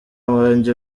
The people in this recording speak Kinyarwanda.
wanjye